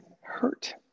hurt